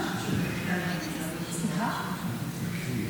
אל תתווכחי.